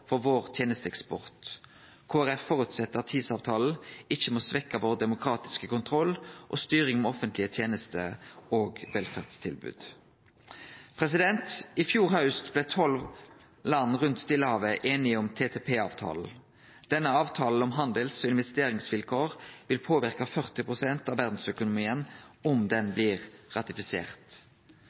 for vår tenesteeksport. Kristeleg Folkeparti føreset at TISA-avtalen ikkje må svekkje vår demokratiske kontroll og styring med offentlege tenester og velferdstilbod. I fjor haust blei tolv land rundt Stillehavet einige om TTP-avtalen. Denne avtalen om handels- og investeringsvilkår vil påverke 40 pst. av verdsøkonomien – om han blir ratifisert.